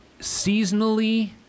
seasonally